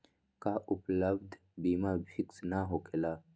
का उपलब्ध बीमा फिक्स न होकेला?